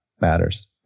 matters